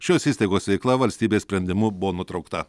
šios įstaigos veikla valstybės sprendimu buvo nutraukta